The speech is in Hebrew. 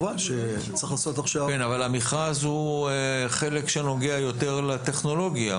אבל המכרז הוא חלק שנוגע יותר לטכנולוגיה.